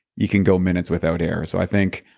you can go minutes without air. so, i think,